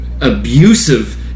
abusive